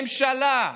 ממשלה,